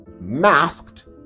masked